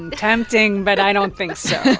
and tempting, but i don't think so